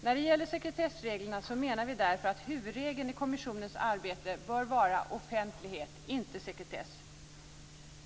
När det gäller sekretessreglerna menar vi därför att huvudregeln i kommissionens arbete bör vara offentlighet - inte sekretess.